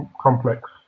complex